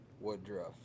Woodruff